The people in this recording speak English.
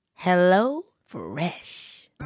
HelloFresh